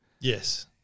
Yes